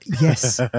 yes